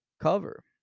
cover